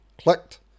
clicked